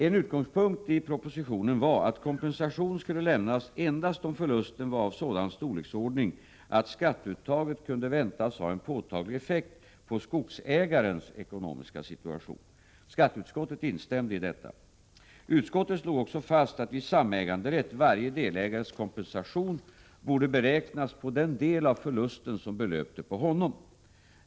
En utgångspunkt i propositionen var att kompensation skulle lämnas endast om förlusten var av sådan storleksordning att skatteuttaget kunde väntas ha en påtaglig effekt på skogsägarens ekonomiska situation. Skatteutskottet instämde i detta. Utskottet slog också fast att vid samäganderätt varje delägares kompensation borde beräknas på den del av förlusten som belöpte på honom.